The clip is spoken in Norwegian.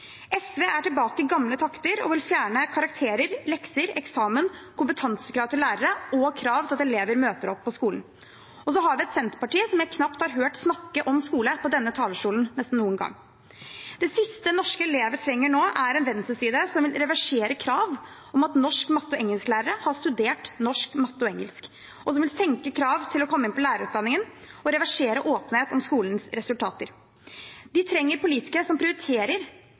SV er tilbake til gamle takter og vil fjerne karakterer, lekser, eksamen, kompetansekrav til lærere og krav til at elever møter opp på skolen. Så har vi Senterpartiet, som jeg knapt har hørt snakke om skole på denne talerstolen noen gang. Det siste norske elever trenger nå, er en venstreside som vil reversere krav om at norsk-, matte- og engelsklærere har studert norsk, matte og engelsk, og som vil senke krav til å komme inn på lærerutdanningen og reversere åpenhet om skolens resultater. De trenger politikere som prioriterer